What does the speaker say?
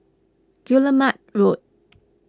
Guillemard Road